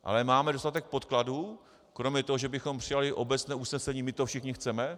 Ale máme dostatek podkladů kromě toho, že bychom přijali obecné usnesení, my to všichni chceme?